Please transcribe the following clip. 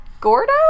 Gordo